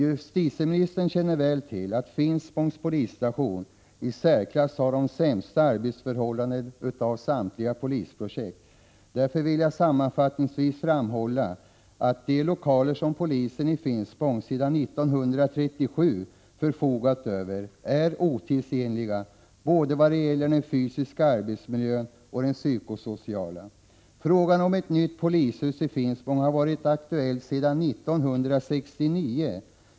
Justitieministern känner väl till att Finspångs polisstation har de i särklass sämsta arbetsförhållandena av samtliga polisprojekt. Därför vill jag sammanfattningsvis framhålla att de lokaler som polisen i Finspång sedan 1937 har förfogat över är otidsenliga, både vad gäller den fysiska arbetsmiljön och vad gäller den psyko-sociala miljön. Frågan om ett nytt polishus i Finspång har varit aktuell sedan 1969.